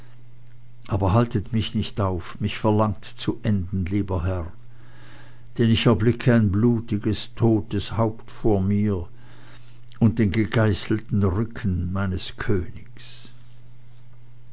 aber haltet mich nicht auf mich verlangt zu enden lieber herr denn ich erblicke ein blutiges totes haupt vor mir und den gegeißelten rücken meines königs